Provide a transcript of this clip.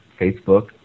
Facebook